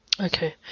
Okay